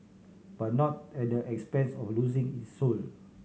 but not at the expense of losing its soul